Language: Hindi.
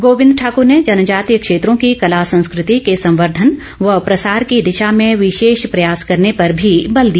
गोविंद ठाकर ने जनजातीय क्षेत्रों की कला संस्कृति को संर्वधन व प्रसार की दिशा में विशेष प्रयास करने पर भी बल दिया